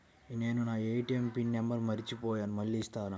నేను నా ATM PIN number మర్చిపోయాను మళ్ళీ ఇస్తారా?